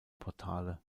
portale